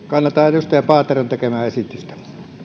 kannatan edustaja paateron tekemää esitystä